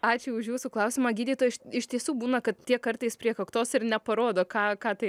ačiū už jūsų klausimą gydytoja iš tiesų būna kad tie kartais prie kaktos ir neparodo ką ką tai